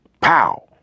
pow